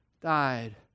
died